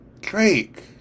Drake